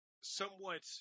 somewhat